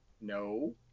No